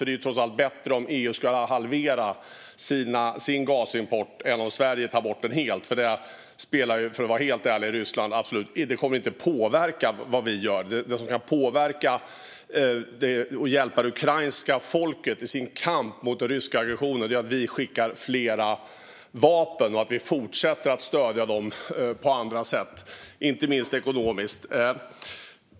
Det vore trots allt bättre om EU halverade sin gasimport än om Sverige tog bort sin helt, för vad vi gör kommer inte, för att vara helt ärlig, att påverka Ryssland. Det som kan påverka och hjälpa det ukrainska folket i deras kamp mot den ryska aggressionen är att vi skickar fler vapen och fortsätter att stödja dem på andra sätt, inte minst ekonomiskt.